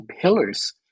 pillars